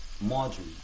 Marjorie